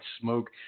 smoke